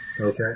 Okay